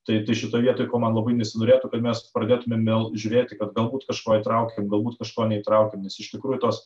tai tai šitoj vietoj ko man labai nesinorėtų kad mes pradėtumėm vėl žiūrėti kad galbūt kažko įtraukėm galbūt kažko neįtraukėm nes iš tikrųjų tos